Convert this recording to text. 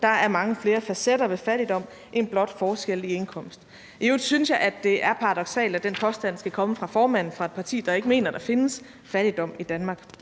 Der er mange flere facetter ved fattigdom end blot forskelle i indkomst. I øvrigt synes jeg, at det er paradoksalt, at den påstand skal komme fra formanden for et parti, der ikke mener, at der findes fattigdom i Danmark.